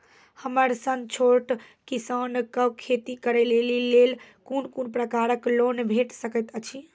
हमर सन छोट किसान कअ खेती करै लेली लेल कून कून प्रकारक लोन भेट सकैत अछि?